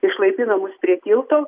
išlaipino mus prie tilto